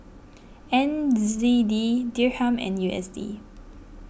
N Z D Dirham and U S D